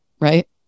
right